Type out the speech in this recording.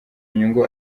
nyungu